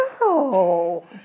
No